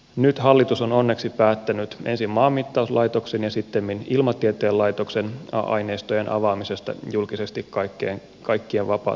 nyt hallitus on onneksi päättänyt ensin maanmittauslaitoksen ja sittemmin ilmatieteen laitoksen aineistojen avaamisesta julkisesti kaikkien vapaaseen käyttöön